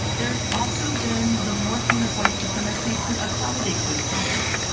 there's also been the morphing of white supremacy to accommodate those changes.